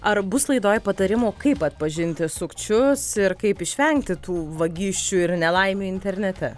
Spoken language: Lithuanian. ar bus laidoj patarimų kaip atpažinti sukčius ir kaip išvengti tų vagysčių ir nelaimių internete